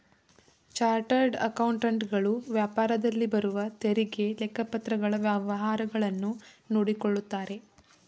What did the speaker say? chartered accountant ಗಳು ವ್ಯಾಪಾರದಲ್ಲಿ ಬರುವ ತೆರಿಗೆ, ಲೆಕ್ಕಪತ್ರಗಳ ವ್ಯವಹಾರಗಳನ್ನು ನೋಡಿಕೊಳ್ಳುತ್ತಾರೆ